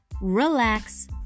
relax